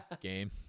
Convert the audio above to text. game